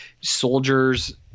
soldiers